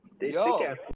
yo